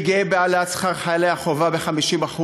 אני גאה בהעלאת שכר חיילי החובה ב-50%,